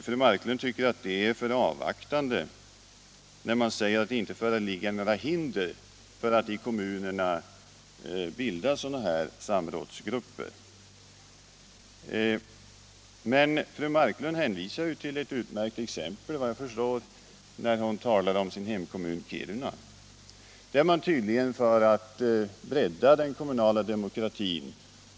Fru Marklund tycker att det är för avvaktande när man säger att det inte föreligger några hinder för att i kommunerna bilda sådana samrådsgrupper. Men fru Marklund hänvisar till ett utmärkt exempel, såvitt jag förstår, när hon talar om sin hemkommun Kiruna, där man tydligen, för att bredda den kommunala demokratin.